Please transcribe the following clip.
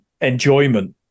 enjoyment